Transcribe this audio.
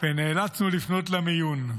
ונאלצנו לפנות למיון.